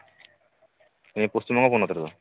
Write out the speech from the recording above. ᱱᱤᱭᱟᱹ ᱯᱚᱥᱪᱤᱢ ᱵᱚᱝᱜᱚ ᱯᱚᱱᱚᱛ ᱨᱮᱫᱚ